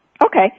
Okay